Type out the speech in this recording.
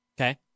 Okay